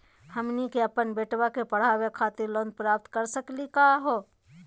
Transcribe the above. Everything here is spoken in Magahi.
हमनी के अपन बेटवा क पढावे खातिर लोन प्राप्त कर सकली का हो?